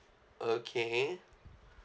okay